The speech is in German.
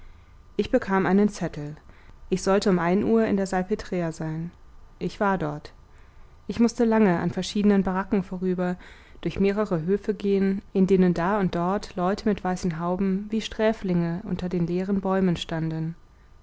ich bekam einen zettel ich sollte um ein uhr in der salptrre sein ich war dort ich mußte lange an verschiedenen baracken vorüber durch mehrere höfe gehen in denen da und dort leute mit weißen hauben wie sträflinge unter den leeren bäumen standen